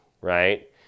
right